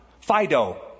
Fido